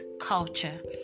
culture